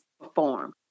perform